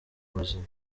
buzima